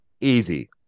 easy